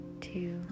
two